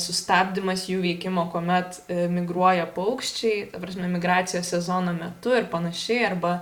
sustabdymas jų veikimo kuomet migruoja paukščiai ta prasme migracijos sezono metu ir panašiai arba